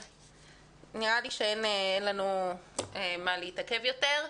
נראה לי שאין לנו מה להתעכב יותר.